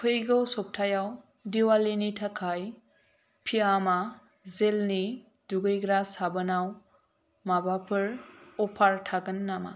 फैगौ सप्ताहयाव दिवालिनि थाखाय फियामा जेलनि दुगैग्रा साबोनआव माबाफोर अफार थागोन नामा